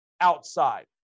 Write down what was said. outside